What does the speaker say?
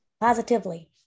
positively